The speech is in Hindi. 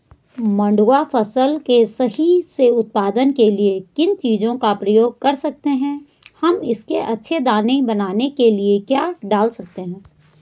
मंडुवा फसल के सही से उत्पादन के लिए किन चीज़ों का प्रयोग कर सकते हैं हम इसके अच्छे दाने बनाने के लिए क्या डाल सकते हैं?